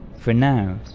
for now,